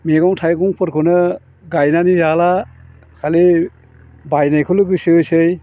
मेगं थाइगंफोरखौनो गायनानै जाला खालि बायनायखौल' गोसो होसै